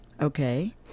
Okay